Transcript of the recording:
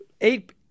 eight